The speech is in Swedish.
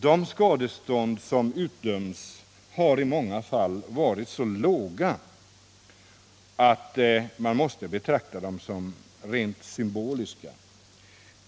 De skadestånd som utdöms har i många fall varit så låga, att man måste betrakta dem som rent symboliska.